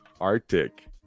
Arctic